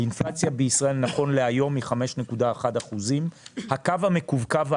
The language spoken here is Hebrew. האינפלציה בישראל נכון להיום היא 5.1%. הקו המקווקוו